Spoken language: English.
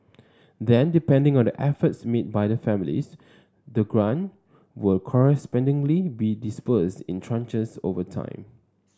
then depending on the efforts made by the families the grant will correspondingly be disbursed in tranches over time